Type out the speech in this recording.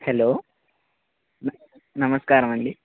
hello నమస్కారమండి